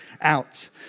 out